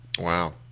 Wow